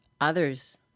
others